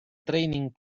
training